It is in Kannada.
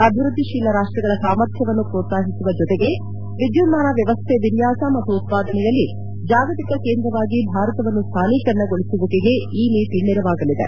ಅಭಿವ್ದದ್ಲಿತೀಲ ರಾಷ್ಟಗಳ ಸಾಮರ್ಥ್ಯವನ್ನು ಪೋತ್ಸಾಹಿಸುವ ಜತೆಗೆ ವಿದ್ಯುನ್ನಾನ ವ್ಯವಸ್ಥೆ ವಿನ್ಯಾಸ ಮತ್ತು ಉತ್ಪಾದನೆಯಲ್ಲಿ ಜಾಗತಿಕ ಕೇಂದ್ರವಾಗಿ ಭಾರತವನ್ನು ಸ್ಲಾನಿಕರಣಗೊಳಿಸುವಿಕೆಗೆ ಈ ನೀತಿ ನೆರವಾಗಲಿದೆ